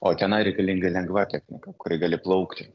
o tenai reikalinga lengva technika kuria gali plaukti